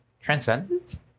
transcendence